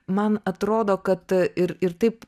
man atrodo kad ir ir taip